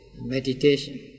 meditation